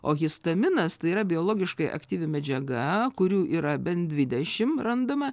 o histaminas tai yra biologiškai aktyvi medžiaga kurių yra bent dvidešimt randama